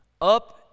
Up